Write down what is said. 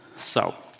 so